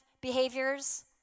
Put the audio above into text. behaviors